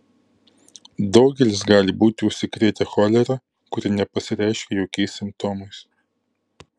daugelis gali būti užsikrėtę cholera kuri nepasireiškia jokiais simptomais